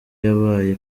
yabaye